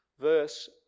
Verse